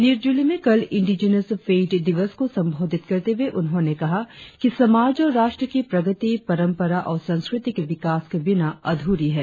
निरज़ुली में कल indigenous faith दिवस को संबोधित करते हुए उन्होंने कहा कि समाज और राष्ट्र की प्रगति परम्परा और संस्कृति के विकास के बिना अधूरी है